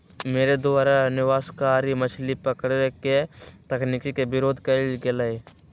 मेरे द्वारा विनाशकारी मछली पकड़े के तकनीक के विरोध कइल गेलय